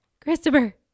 Christopher